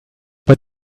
but